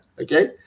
Okay